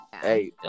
Hey